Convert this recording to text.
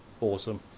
awesome